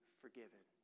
forgiven